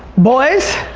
boys!